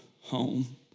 home